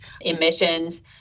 emissions